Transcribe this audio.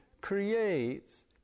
creates